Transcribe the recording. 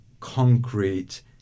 concrete